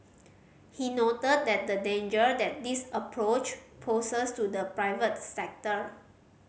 he noted that the danger that this approach poses to the private sector